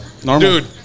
Dude